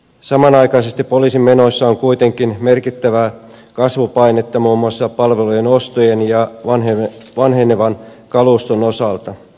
samanaikaisesti poliisin menoissa on kuitenkin merkittävää kasvupainetta muun muassa palvelujen ostojen ja vanhenevan kaluston osalta